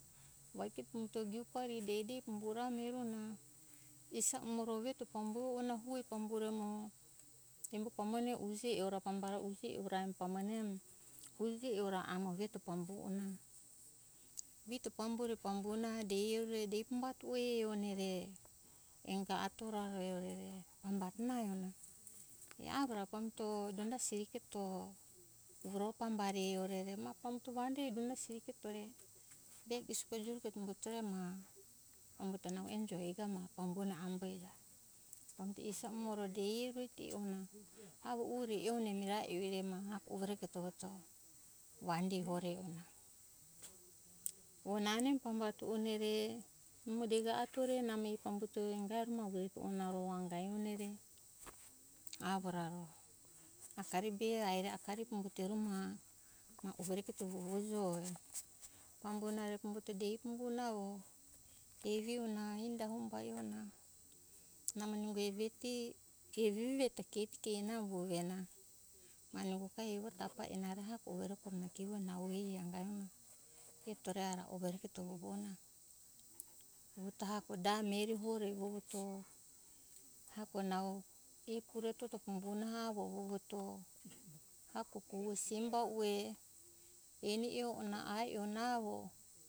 Vaike pambuto givu pari di dei pambo ra mirona isa umoro vito pamburo na embo pamone uje ora pambara uje ora pamone ami uje e ora amo veto kona vito pambure pambona dei hiore dei pambati ue ona re enga atora ue pambati ona e avo ra pambato donda sireketo siro pambare dei orere puto vande seriketo re degi isoko juruketo re ma pambuto nau enjo jigama ma pambue amo eja pambuto isa umoro dei eru eto na avo iore pamone mirae ue ma hako evereketo uja vande hore o nane degato ore namo dega atore namo e pambone pambuto denga ore namo beju ona re tofo ta inderi avo ra akari be aire akari kogo te ma overe keto fue jo pambona pambuto dei pambona avo evi ona inda humba namo inda eviti iei eveti keti kio namo pambuhena mane hukai tafa ehena re ehako overe keto simba nau evi aruma kitore ara ue namo vovona umbuto hako da mihere ue amore pambuto ehako nau ie pure toto pambona avo pure eto aha simba ue eni e ona ai ona avo